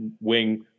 wing